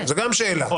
גם זו שאלה.